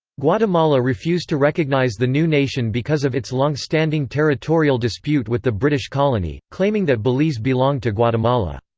guatemala refused to recognize the new nation because of its longstanding territorial dispute with the british colony, claiming that belize belonged to guatemala.